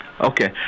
Okay